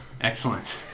Excellent